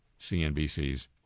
CNBC's